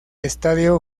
estadio